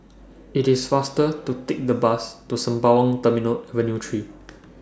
IT IS faster to Take The Bus to Sembawang Terminal Avenue three